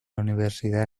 universidad